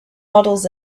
models